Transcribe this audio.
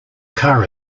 car